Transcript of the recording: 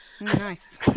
Nice